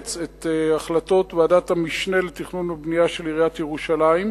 לאמץ את החלטות ועדת המשנה לתכנון ובנייה של עיריית ירושלים,